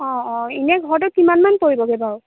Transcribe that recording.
অঁ অঁ এনেই ঘৰটোত কিমান পৰিবগৈ বাৰু